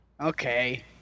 Okay